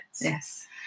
Yes